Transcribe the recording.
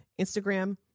Instagram